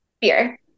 beer